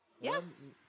Yes